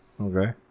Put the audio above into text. Okay